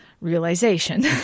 realization